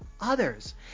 others